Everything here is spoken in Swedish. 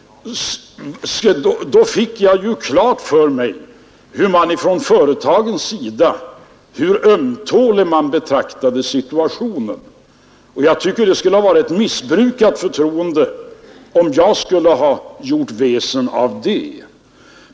Jag fick ju klart för mig hur ömtålig företagen ansåg situationen vara. Jag tycker att det skulle ha varit ett missbrukat förtroende, om jag skulle ha gjort väsen av vad jag fått veta.